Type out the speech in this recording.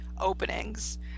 openings